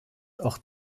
auch